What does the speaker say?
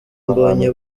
mbonye